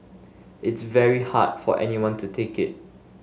it's very hard for anyone to take it